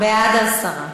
בעד, זה בעד ההסרה.